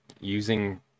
using